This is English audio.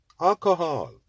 alcohol